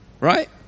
right